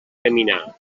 caminar